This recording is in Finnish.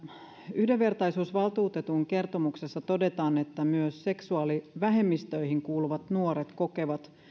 yhdenvertaisuusvaltuutetun kertomuksessa todetaan että myös seksuaalivähemmistöihin kuuluvat nuoret kokevat